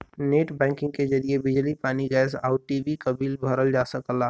net banking के जरिए बिजली पानी गैस आउर टी.वी क बिल भरल जा सकला